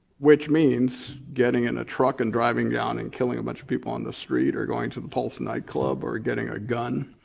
which means getting in a truck and driving down and killing a bunch of people on the street or going to the pulse nightclub or getting a gun.